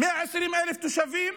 120,000 תושבים,